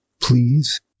please